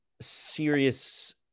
serious